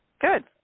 Good